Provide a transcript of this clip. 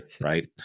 right